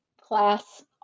class